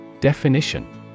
Definition